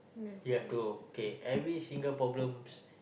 you have to kay every single problems